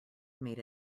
made